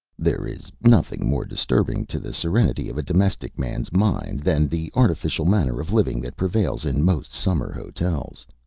there is nothing more disturbing to the serenity of a domestic man's mind than the artificial manner of living that prevails in most summer hotels.